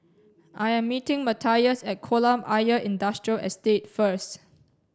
I am meeting Matias at Kolam Ayer Industrial Estate first